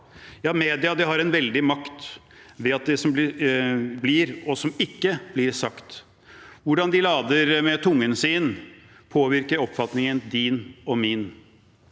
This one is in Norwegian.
Ja, media har en veldig makt ved det som blir, og som ikke blir sagt. Hvordan de lader med tungen sin, påvirker oppfatningen din og min.